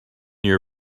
year